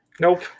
Nope